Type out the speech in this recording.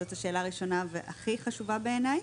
זאת שאלה ראשונה והכי חשובה בעיניי.